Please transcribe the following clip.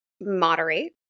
moderate